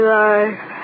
life